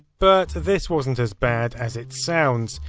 but, this wasn't as bad as it sounds.